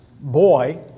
Boy